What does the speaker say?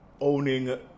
owning